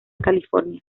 california